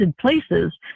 places